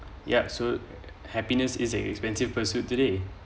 ya so happiness is an expensive pursuit today